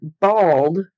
bald